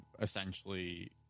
essentially